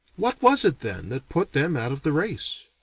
what was it then, that put them out of the race?